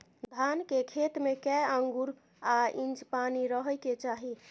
धान के खेत में कैए आंगुर आ इंच पानी रहै के चाही?